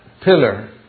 pillar